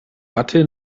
hatte